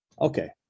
okay